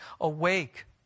awake